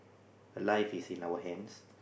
life is in our hands